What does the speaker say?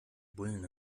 bullen